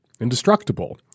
indestructible